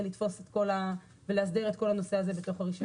לתפוס ולהסדיר את כל הנושא הזה בתוך הרישיון.